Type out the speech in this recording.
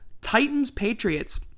Titans-Patriots